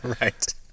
Right